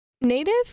Native